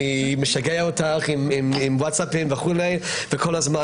אני משגע אותך עם ווטסאפים וכל הזמן